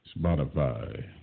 Spotify